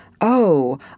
Oh